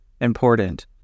important